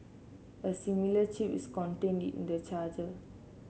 a similar chip is contained in the charger